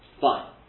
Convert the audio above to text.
Fine